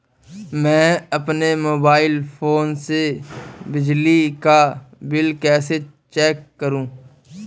मैं अपने mobile phone से बिजली का बिल कैसे चेक करूं?